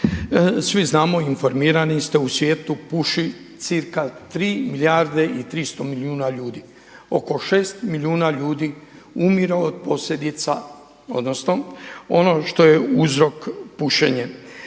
Svi znamo i informirani ste u svijetu puši cca 3 milijarde i 300 milijuna ljudi, oko 6 milijuna ljudi umire od posljedica odnosno ono što je uzrok pušenje.